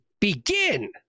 begin